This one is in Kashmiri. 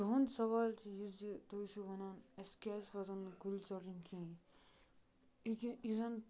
تُہُنٛد سَوال چھُ یہٕ زِ تُہۍ ٲسِو وَنان اَسہِ کیاز پَزَن نہٕ کُلۍ ژَٹٕنۍ کِہینۍ یہِ کہِ یہِ زَن